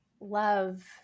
love